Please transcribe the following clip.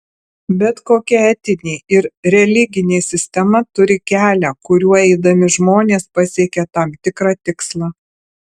bet kokia etinė ir religinė sistema turi kelią kuriuo eidami žmonės pasiekia tam tikrą tikslą